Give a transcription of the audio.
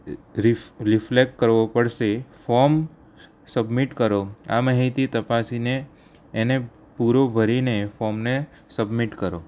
reflect કરવો પડશે form submit કરો આ માહિતી તપાસીને એને પૂરું ભરીને ફોર્મને સબમિટ કરો